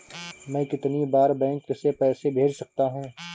मैं कितनी बार बैंक से पैसे भेज सकता हूँ?